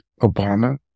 Obama